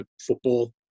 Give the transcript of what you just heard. football